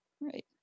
right